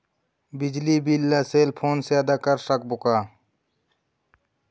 बिजली बिल ला cell phone से आदा कर सकबो का?